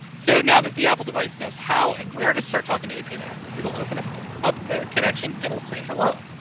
so now that the apple device knows how and where to start talking to a pns it'll open up up connection and will say hello.